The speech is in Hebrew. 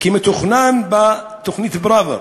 כמתוכנן בתוכנית פראוור,